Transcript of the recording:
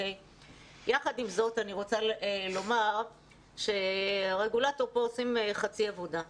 יחד עם זאת אני רוצה לומר שהרגולטור עושה חצי עבודה.